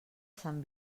sant